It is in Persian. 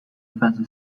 فضا